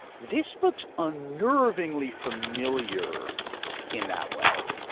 this looks unnervingly familiar in that way.